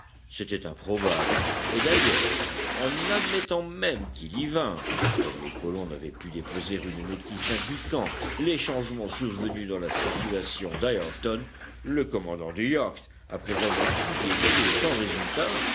c'était improbable et d'ailleurs en admettant même qu'il y vînt comme les colons n'avaient pu déposer une notice indiquant les changements survenus dans la situation d'ayrton le commandant du yacht après avoir fouillé l'îlot sans résultat